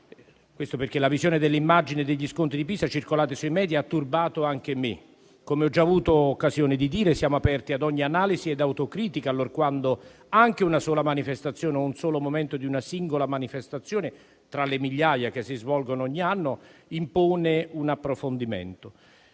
quanto la visione delle immagini degli scontri di Pisa, circolate sui *media*, ha turbato anche me. Come ho già avuto occasione di dire, siamo aperti ad ogni analisi ed autocritica allorquando anche una sola manifestazione o un solo momento di una singola manifestazione, tra le migliaia che si svolgono ogni anno, impone un approfondimento.